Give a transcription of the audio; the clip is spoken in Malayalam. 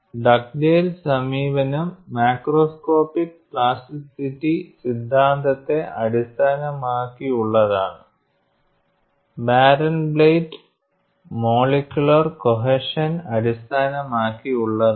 ഡഗ്ഡേൽസമീപനം മാക്രോസ്കോപ്പിക് പ്ലാസ്റ്റിറ്റി സിദ്ധാന്തത്തെ അടിസ്ഥാനമാക്കിയുള്ളതാണ് ബാരൻബ്ലാറ്റ് മോളിക്യൂലാർ കോഹെഷൻ അടിസ്ഥാനമാക്കിയുള്ളതാണ്